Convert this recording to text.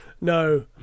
No